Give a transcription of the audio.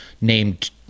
named